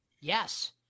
Yes